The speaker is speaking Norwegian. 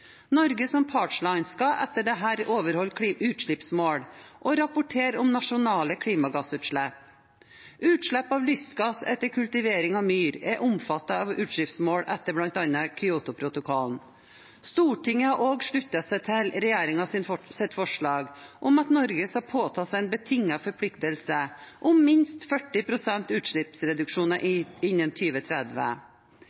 Norge som partsland skal etter dette overholde utslippsmål og rapportere om nasjonale klimagassutslipp. Utslipp av lystgass etter kultivering av myr er omfattet av utslippsmål etter bl.a. Kyotoprotokollen. Stortinget har også sluttet seg til regjeringens forslag om at Norge skal påta seg en betinget forpliktelse om minst 40 pst. utslippsreduksjoner innen 2030. Norge vil også samarbeide om utslippene i